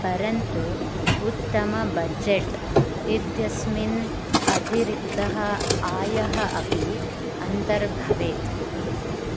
परन्तु उत्तम बजेट् इत्यस्मिन् अतिरिक्तः आयः अपि अन्तर्भवेत्